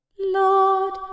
Lord